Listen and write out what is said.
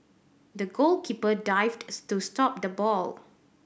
the goalkeeper dived to stop the ball